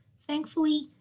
Thankfully